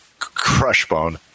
Crushbone